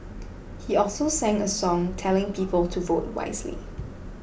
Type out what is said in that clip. he also sang a song telling people to vote wisely